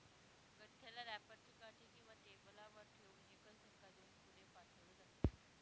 गठ्ठ्याला रॅपर ची काठी किंवा टेबलावर ठेवून एक धक्का देऊन पुढे पाठवले जाते